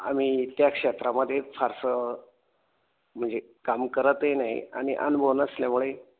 आम्ही त्या क्षेत्रामध्ये फारसं म्हणजे काम करतही नाही आणि अनुभव नसल्यामुळे